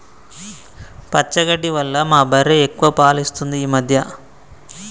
పచ్చగడ్డి వల్ల మా బర్రె ఎక్కువ పాలు ఇస్తుంది ఈ మధ్య